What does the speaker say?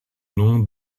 nom